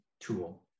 tool